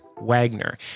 Wagner